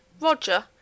Roger